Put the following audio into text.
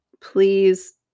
Please